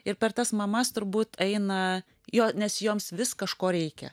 ir per tas mamas turbūt eina jo nes joms vis kažko reikia